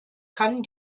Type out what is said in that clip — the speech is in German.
kann